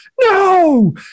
no